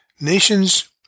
Nations